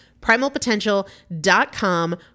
Primalpotential.com